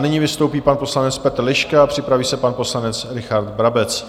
Nyní vystoupí pan poslanec Petr Liška, připraví se pan poslanec Richard Brabec.